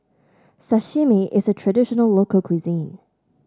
sashimi is a traditional local cuisine